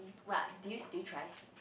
what do you still tries